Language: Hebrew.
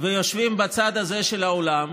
ויושבים בצד הזה של האולם